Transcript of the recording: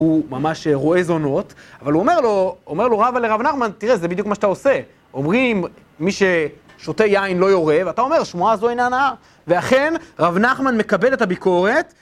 הוא ממש רואה זונות, אבל הוא אומר לו רבה לרב נחמן, תראה, זה בדיוק מה שאתה עושה. אומרים, מי ששותה יין לא יורא, ואתה אומר, שמועה זו אינה נעה. ואכן, רב נחמן מקבל את הביקורת.